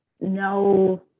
no